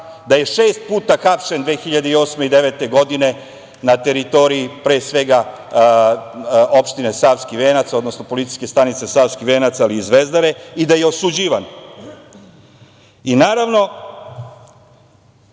da je šest puta hapšen 2008. i 2009. godine na teritoriji, pre svega, opštine Savski Venac, odnosno PS Savski Venac, ali i Zvezdare i da je osuđivan. Naravno,